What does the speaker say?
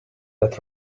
let